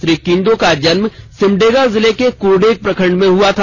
श्री किंडो का जन्म सिमडेगा जिले के क्रडेग प्रखंड में हुआ था